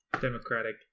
democratic